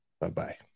Bye-bye